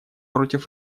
против